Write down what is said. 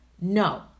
No